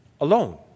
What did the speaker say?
alone